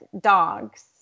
dogs